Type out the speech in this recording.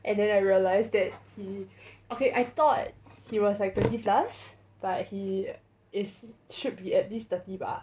and then I realise that he okay I thought he was like twenty plus but he is should be at least thirty 吧